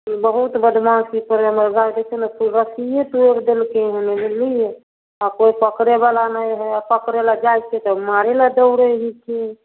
उ बहुत बदमास हिकइ हमर गाय देखिऔ ने तऽ रस्सियै तोड़ि देलकै हने बुललियै आओर कोइ पकड़ैवला नहि हए आओर पकड़ै लए जाइ छियै तऽ मारे लए दौड़ै हिके